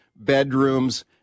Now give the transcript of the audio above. bedrooms